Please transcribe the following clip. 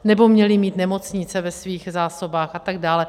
Nebo měly mít nemocnice ve svých zásobách atd.